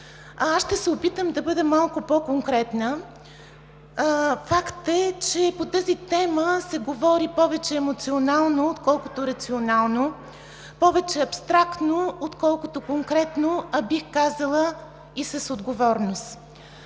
Аз ще се опитам да бъда малко по-конкретна. Факт е, че по тази тема се говори повече емоционално, отколкото рационално, повече абстрактно, отколкото конкретно, а бих казала и с отговорност.